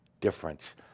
difference